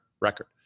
record